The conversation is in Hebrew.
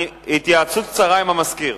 התייעצות קצרה עם המזכיר.